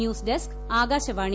news desk Akashvani